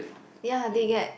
ya they get